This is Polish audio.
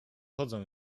chodzą